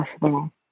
possible